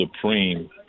supreme